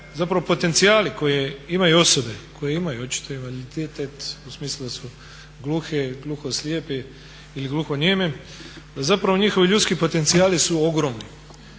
zapravo potencijali koje imaju osobe koje imaju očito invaliditet u smislu da su gluhe, gluhoslijepe ili gluhonijeme, zapravo njihovi ljudski potencijali su ogromni